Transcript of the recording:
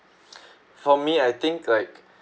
for me I think like